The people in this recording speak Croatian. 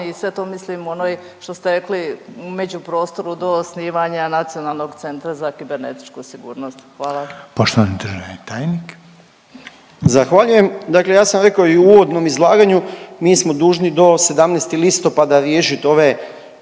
i sve to mislim u onoj što ste rekli u međuprostoru do osnivanja nacionalnog centra za kibernetičku sigurnost? Hvala. **Reiner, Željko (HDZ)** Poštovani državni tajnik. **Nekić, Darko** Zahvaljujem. Dakle, ja sam rekao i u uvodnom izlaganju, mi smo dužni do 17. listopada riješit ove,